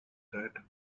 that